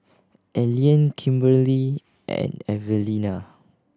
Allean Kimberely and Evelina